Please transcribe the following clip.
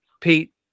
Pete